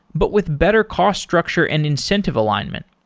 but with better cost structure and incentive alignment.